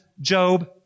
Job